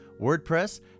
WordPress